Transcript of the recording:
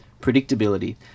Predictability